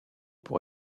pour